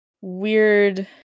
weird